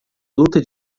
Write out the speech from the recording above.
luta